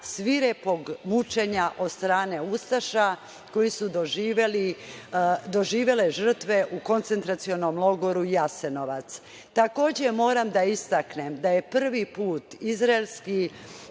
svirepog mučenja od strane ustaša koje su doživele žrtve u koncentracionom logoru „Jasenovac“.Takođe, moram da istaknem da je prvi put izraelski